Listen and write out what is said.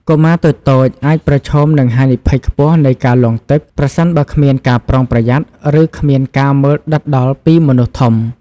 កុមារតូចៗអាចប្រឈមនឹងហានិភ័យខ្ពស់នៃការលង់ទឹក ប្រសិនបើគ្មានការប្រុងប្រយ័ត្ន ឬគ្មានការមើលដិតដល់ពីមនុស្សធំ។